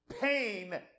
Pain